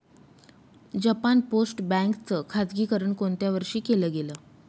Japan post bank च खाजगीकरण कोणत्या वर्षी केलं गेलं?